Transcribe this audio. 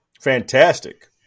fantastic